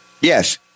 Yes